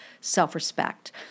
self-respect